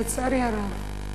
לצערי הרב,